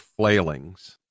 flailings